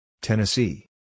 Tennessee